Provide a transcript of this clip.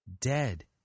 dead